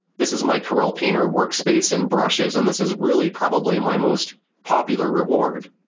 this is my corel painter workspace and brushes, and this is really probably and my most popular reward.